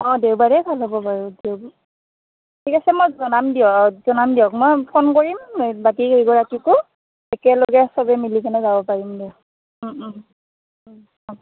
অ দেওবাৰে ভাল হ'ব বাৰু ঠিক আছে মই জনাম দিয়ক জনাম দিয়ক মই ফোন কৰিম বাকী কেইগৰাকীকো একেলগে সবে মিলিকেনে যাব পাৰিম দিয়ক ওম ওম ওম